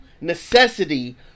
necessity